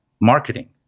marketing